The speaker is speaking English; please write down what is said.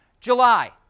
July